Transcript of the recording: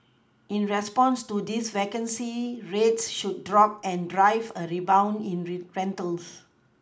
in response to this vacancy rates should drop and drive a rebound in rentals